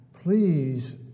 Please